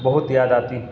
بہت یاد آتی ہیں